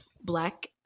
black